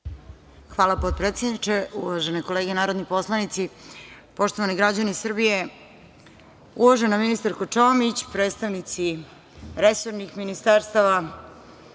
Hvala. Uvažene kolege narodni poslanici, poštovani građani Srbije, uvažena ministarko Čomić, predstavnici resornih ministarstava,